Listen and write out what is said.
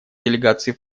делегации